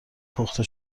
پخته